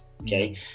Okay